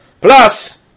plus